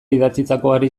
idatzitakoari